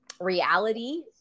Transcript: reality